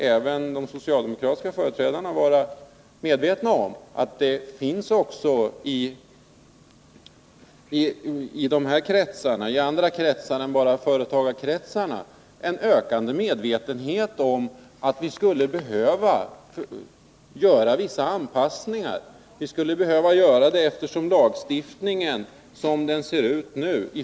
Även de socialdemokratiska företrädarna måste vara medvetna om att det också i andra kretsar än företagarkretsar finns en ökad medvetenhet om att vissa anpassningar behöver göras i lagstiftningen.